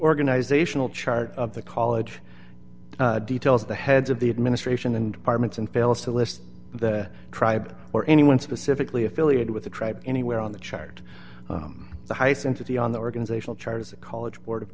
organizational chart of the college details the heads of the administration and departments and fails to list the tribe or anyone specifically affiliated with the tribe anywhere on the chart the highest density on the organizational chart of the college board of